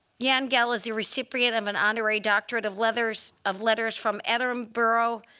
jan gehl is the recipient of an honorary doctorate of letters of letters from edinburgh.